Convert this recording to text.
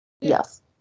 Yes